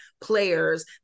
players